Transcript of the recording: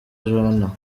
joannah